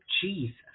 Jesus